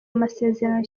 amasezerano